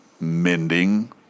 mending